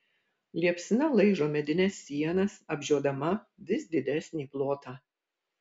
liepsna laižo medines sienas apžiodama vis didesnį plotą